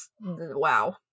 wow